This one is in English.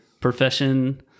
profession